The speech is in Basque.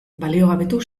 baliogabetu